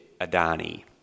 Adani